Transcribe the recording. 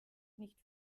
nicht